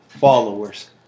Followers